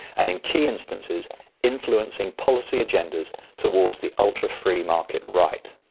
and in key instances influencing policy agendas towards the ultra-free market right.